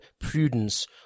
prudence